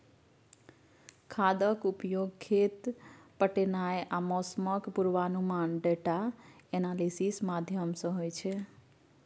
खादक उपयोग, खेत पटेनाइ आ मौसमक पूर्वानुमान डाटा एनालिसिस माध्यमसँ होइ छै